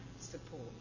support